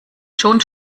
schon